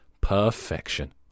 Perfection